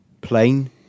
plain